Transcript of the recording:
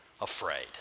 afraid